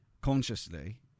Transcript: consciously